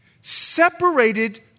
separated